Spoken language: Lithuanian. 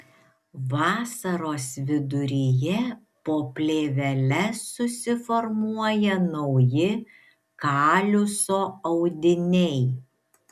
vasaros viduryje po plėvele susiformuoja nauji kaliuso audiniai